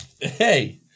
hey